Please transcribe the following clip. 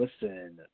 listen